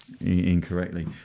incorrectly